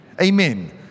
Amen